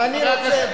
תודה רבה.